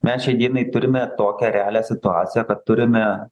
mes šiai dienai turime tokią realią situaciją kad turime